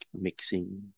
mixing